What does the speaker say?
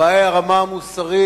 הבעיה היא הרמה המוסרית,